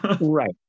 Right